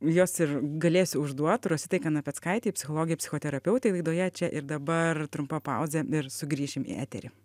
juos ir galėsiu užduot rositai kanapeckaitei psichologei psichoterapeutei laidoje čia ir dabar trumpa pauzė ir sugrįšim į eterį